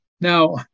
now